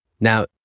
Now